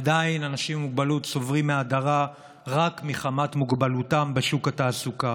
עדיין אנשים עם מוגבלות סובלים מהדרה בשוק התעסוקה